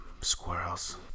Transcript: Squirrels